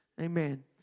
Amen